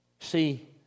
See